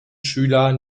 schüler